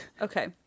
okay